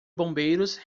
bombeiros